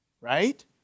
Right